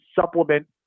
supplement